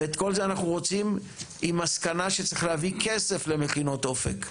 ואת כל זה אנחנו רוצים עם מסקנה שצריך להביא כסף למכינות אופק,